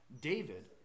David